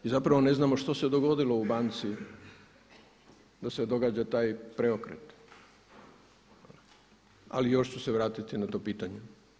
I zapravo ne znamo što se dogodilo u banci da se događa taj preokret, ali još ću se vratiti na to pitanje.